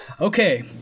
Okay